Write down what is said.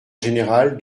général